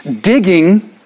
digging